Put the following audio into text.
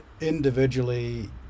individually